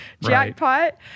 jackpot